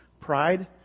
Pride